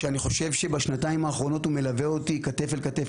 שאני חושב שבשנתיים האחרונות הוא והאנשים שלו מלווים אותי כתף אל כתף,